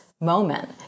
moment